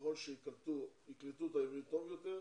ככל שיקלטו את העברית טוב יותר,